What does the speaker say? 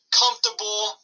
comfortable